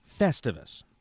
Festivus